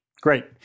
Great